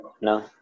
No